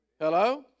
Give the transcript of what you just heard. Hello